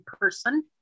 person